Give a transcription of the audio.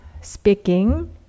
speaking